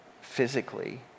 physically